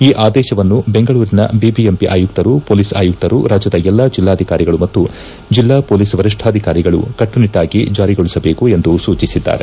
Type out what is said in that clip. ಈ ಆದೇಶವನ್ನು ಬೆಂಗಳೂರಿನ ಬಿಬಿಎಂಪಿ ಆಯುಕ್ತರು ಪೊಲೀಸ್ ಆಯುಕ್ತರು ರಾಜ್ಯದ ಎಲ್ಲಾ ಜಿಲ್ಲಾಧಿಕಾರಿಗಳು ಮತ್ತು ಜೆಲ್ಲಾ ಪೊಲೀಸ್ ವರಿಷ್ಠಾಧಿಕಾರಿಗಳು ಕಟ್ಸುನಿಟ್ಸಾಗಿ ಜಾರಿಗೊಳಿಸಬೇಕೆಂದು ಸೂಚಿಸಿದ್ದಾರೆ